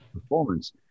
performance